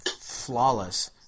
Flawless